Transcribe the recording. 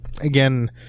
again